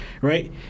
right